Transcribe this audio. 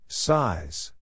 Size